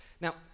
Now